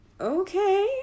okay